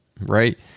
right